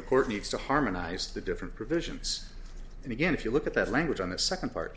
the court needs to harmonize the different provisions and again if you look at that language on the second part